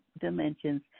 dimensions